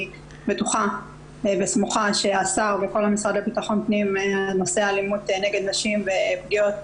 אני בטוחה וסמוכה שהנושא של אלימות נגד נשים ופגיעות